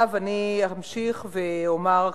מדיניות השר להתערב, עכשיו אני אמשיך ואומר כך,